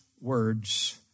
words